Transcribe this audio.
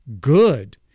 good